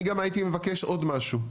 אני גם הייתי מבקש עוד משהו,